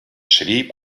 schrieb